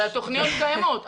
תוכניות קיימות.